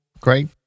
Great